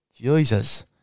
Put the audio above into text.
Jesus